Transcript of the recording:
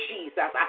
Jesus